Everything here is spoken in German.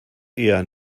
eher